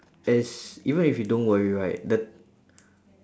as even if you don't worry right the